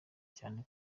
cyane